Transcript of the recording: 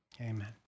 Amen